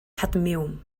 cadmiwm